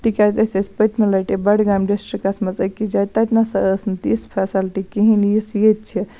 تکیاز أسۍ ٲسۍ پٔتمہِ لَٹہٕ بَڈگام ڈِسٹرکَس مَنٛز أکِس جایہِ تَتہِ نَسا ٲسۍ نہٕ تِژھ فیسَلٹی کِہیٖنۍ نہٕ یِژھ ییٚتہِ چھِ